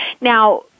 Now